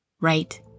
right